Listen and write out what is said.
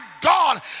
God